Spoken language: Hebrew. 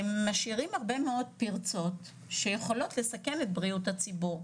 והם משאירים הרבה מאוד פרצות שיכולות לסכן את בריאות הציבור,